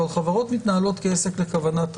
אבל חברות מתנהלות כעסק לכוונת רווח.